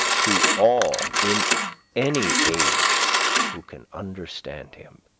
to all in any age who can understand him.